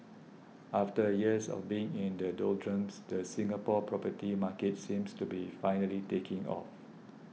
after years of being in the doldrums the Singapore property market seems to be finally taking off